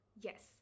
Yes